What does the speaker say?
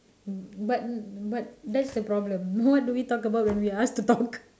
but but that's the problem what do we talk about when we are asked to talk